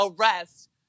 arrest